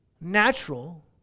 natural